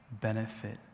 benefit